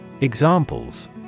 Examples